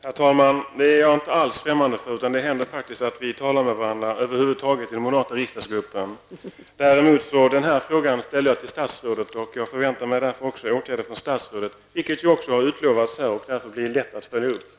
Herr talman! Det är jag inte alls främmande för. Det händer faktiskt att vi talar med varandra över huvud taget i den moderata riksdagsgruppen. Den här frågan ställer jag däremot till statsrådet, och jag förväntar mig därför åtgärder från statsrådet. Detta har ju utlovats här, och det blir därför lätt att följa upp. Tack!